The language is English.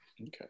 Okay